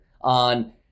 on